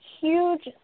huge